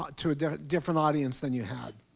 ah to a different audience than you had?